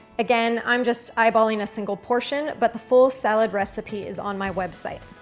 again, i'm just eyeballing a single portion, but the full salad recipe is on my website.